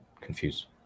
confused